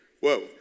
Whoa